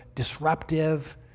Disruptive